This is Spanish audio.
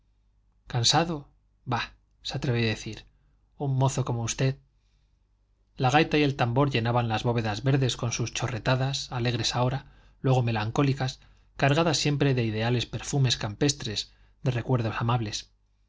cansado bah se atrevió a decir un mozo como usted la gaita y el tambor llenaban las bóvedas verdes con sus chorretadas alegres ahora luego melancólicas cargadas siempre de ideales perfumes campestres de recuerdos amables